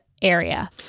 area